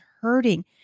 hurting